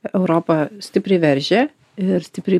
europa stipriai veržia ir stipriai